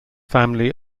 family